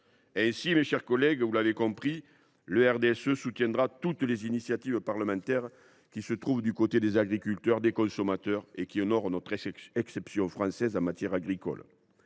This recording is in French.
Ainsi, mes chers collègues, vous l’aurez compris, le RDSE soutiendra toutes les initiatives parlementaires qui nous placent du côté des agriculteurs comme des consommateurs et qui honorent notre exception française en matière agricole.